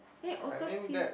then always feels